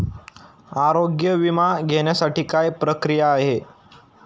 आरोग्य विमा घेण्यासाठी काय प्रक्रिया आहे?